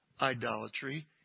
idolatry